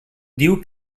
diu